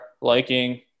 liking